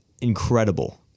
incredible